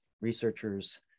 researchers